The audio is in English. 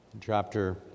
chapter